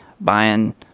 buying